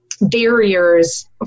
barriers